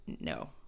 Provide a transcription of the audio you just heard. no